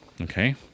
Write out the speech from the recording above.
Okay